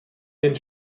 den